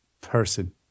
person